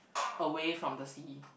away from the sea